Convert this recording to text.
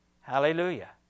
Hallelujah